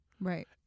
Right